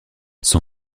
son